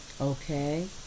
Okay